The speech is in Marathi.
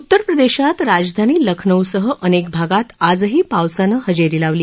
उत्तर प्रदेशात राजधानी लखनौसह अनेक भागात आजही पावसानं हजेरी लावली